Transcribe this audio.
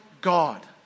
God